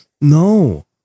No